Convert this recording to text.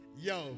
yo